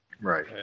right